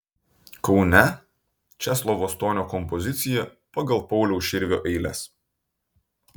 kaune česlovo stonio kompozicija pagal pauliaus širvio eiles